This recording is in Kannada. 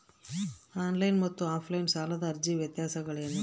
ಆನ್ ಲೈನ್ ಮತ್ತು ಆಫ್ ಲೈನ್ ಸಾಲದ ಅರ್ಜಿಯ ವ್ಯತ್ಯಾಸಗಳೇನು?